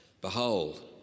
Behold